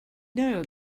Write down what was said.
know